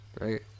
Right